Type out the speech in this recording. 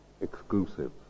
exclusive